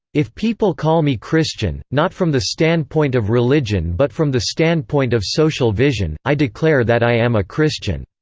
if people call me christian, not from the standpoint of religion but from the standpoint of social vision, i declare that i am a christian.